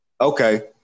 Okay